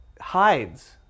hides